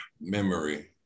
memory